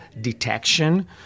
detection